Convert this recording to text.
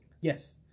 Yes